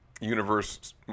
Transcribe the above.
universe